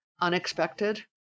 unexpected